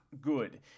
good